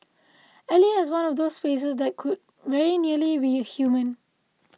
Ally has one of those faces that could very nearly be human